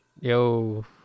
yo